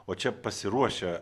o čia pasiruošę